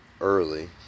early